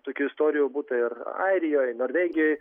tokių istorijų būta ir airijoj norvegijoj